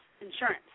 insurance